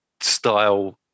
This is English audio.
style